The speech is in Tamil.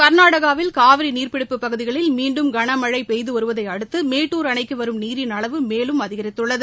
கர்நாடகாவில் காவிரி நீர்பிடிப்புப் பகுதிகளில் மீன்டும் கன மழை பெய்து வருவதை அடுத்து மேட்டூர் அணைக்கு வரும் நீரின் அளவு மேலும் அதிகரித்துள்ளது